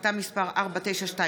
החלטה מס' 4928,